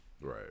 right